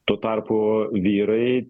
tuo tarpu vyrai